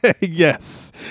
Yes